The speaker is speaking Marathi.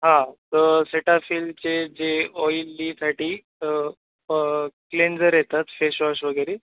हां तर सेटाफिलचे जे ऑइली स्किनसाठी क्लेन्जर येतात फेशवॉश वगैरे